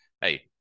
hey